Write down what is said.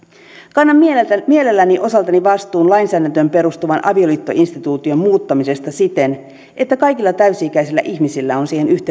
kannan mielelläni mielelläni osaltani vastuun lainsäädäntöön perustuvan avioliittoinstituution muuttamisesta siten että kaikilla täysi ikäisillä ihmisillä on siihen